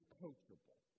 coachable